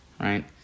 Right